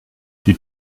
die